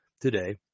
today